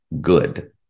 good